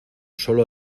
sólo